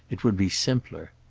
it would be simpler.